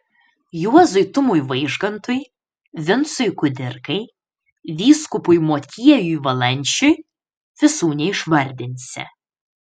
juozui tumui vaižgantui vincui kudirkai vyskupui motiejui valančiui visų neišvardinsi